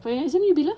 final exam you bila